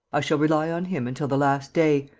i shall rely on him until the last day,